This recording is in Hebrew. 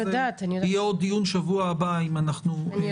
יהיה עוד דיון שבוע הבא אם נצטרך.